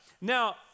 Now